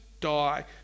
die